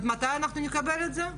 אז מתי אנחנו נקבל את זה?